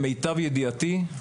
למיטב ידיעתי,